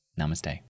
Namaste